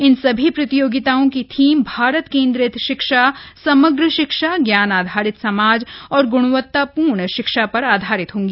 इन सभी प्रतियोगिताओं की थीम भारत केन्द्रित शिक्षा समग्र शिक्षा ज्ञान आधारित समाज और ग्णवत्ता पूर्ण शिक्षा पर आधारित होगी